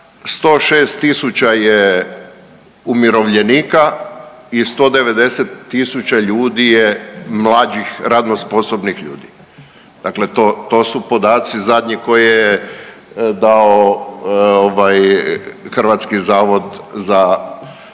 106 tisuća je umirovljenika i 190 tisuća ljudi je mlađih radno sposobnih ljudi. Dakle to su podaci zadnji koje je dao ovaj hrvatski zavod za